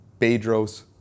Bedros